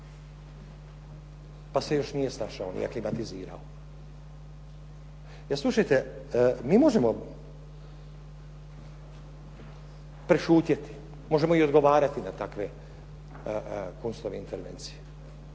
pa se još nije snašao ni aklimatizirao. Jer slušajte, mi možemo prešutjeti, možemo i odgovarati na takve Kunstove intervencije.